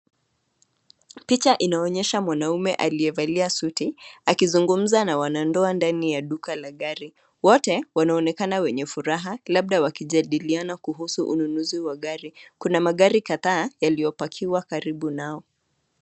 Picha inaonyesha mwanaume aliyevalia suti akizungumza na wanandoa ndani ya duka la gari. Wote, wanaonekana wenye furaha labda wakijadiliana kuhusu ununuzi wa gari. Kuna magari kadhaa yaliopakiwa karibu nao.